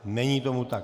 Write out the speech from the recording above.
Není tomu tak.